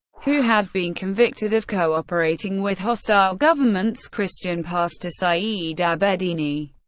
who had been convicted of co-operating with hostile governments, christian pastor saeed abedini,